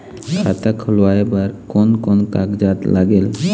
खाता खुलवाय बर कोन कोन कागजात लागेल?